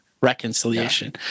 Reconciliation